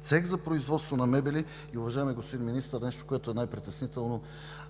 Цех за производство на мебели и, уважаеми господин Министър, нещо, което е най-притеснително,